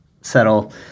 settle